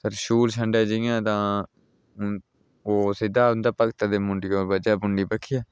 तरशूल छंडेआ जि'यां तां ओह् सिद्धा उं'दे भगत दी मुंडी 'र बज्जेआ मुंडी बक्खियै